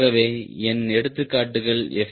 ஆகவே என் எடுத்துக்காட்டுகள் எஃப்